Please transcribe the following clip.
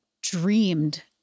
dreamed